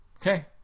Okay